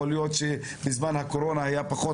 יכול להיות למשל שבזמן הקורונה היה פחות,